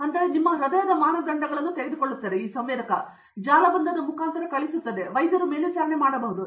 ಆದ್ದರಿಂದ ಇದು ನಿಮ್ಮ ಹೃದಯದ ಮಾನದಂಡಗಳನ್ನು ತೆಗೆದುಕೊಳ್ಳುತ್ತದೆ ಮತ್ತು ಇದು ಜಾಲಬಂಧವನ್ನು ಕಳುಹಿಸುತ್ತದೆ ಮತ್ತು ವೈದ್ಯರು ಮೇಲ್ವಿಚಾರಣೆ ಮಾಡಬಹುದು